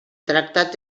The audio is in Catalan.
tractat